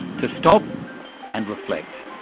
to stop and reflect.